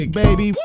baby